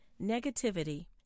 negativity